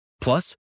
Plus